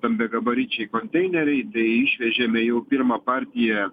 stambiagabaričiai konteineriai bei išvežėme jau pirmą partiją